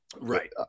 Right